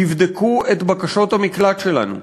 תבדקו את בקשות המקלט שלנו,